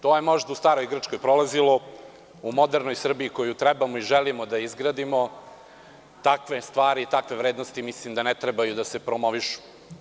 To je možda u Staroj Grčkoj prolazilo, u modernoj Srbiji koju trebamo i želimo da izgradimo takve stvari i takve vrednosti mislim da ne trebaju da se promovišu.